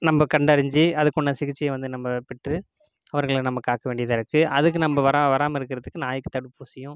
நம்ம கண்டறிஞ்சு அதுக்குண்டான சிகிச்சையை வந்து நம்ம பெற்று அவர்களை நம்ம காக்க வேண்டியதாக இருக்கும் அதுக்கு நம்ம வரா வராமல் இருக்கிறதுக்கு நாய்க்கு தடுப்பூசியும்